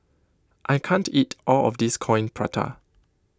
I can't eat all of this Coin Prata